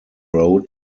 road